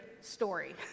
story